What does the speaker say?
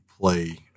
play